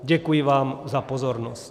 Děkuji vám za pozornost.